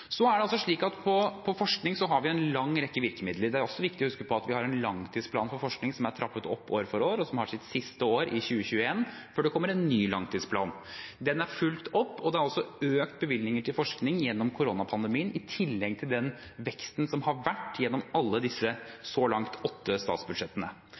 Så er det slik at for forskning har vi en lang rekke virkemidler. Det er også viktig å huske på at vi har en langtidsplan for forskning som er trappet opp år for år, og som har sitt siste år i 2021 før det kommer en ny langtidsplan. Den er fulgt opp, og bevilgningene til forskning er økt under koronapandemien i tillegg til den veksten som har vært gjennom alle disse, så langt, åtte statsbudsjettene.